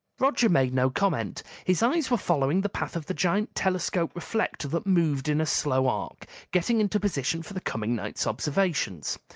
roger made no comment. his eyes were following the path of the giant telescope reflector that moved in a slow arc, getting into position for the coming night's observations.